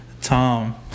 Tom